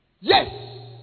Yes